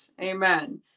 amen